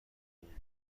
بوووم